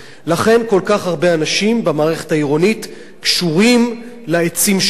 לכן כל כך הרבה אנשים במערכת העירונית קשורים לעצים שלהם,